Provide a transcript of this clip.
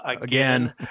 again